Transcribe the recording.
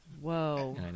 Whoa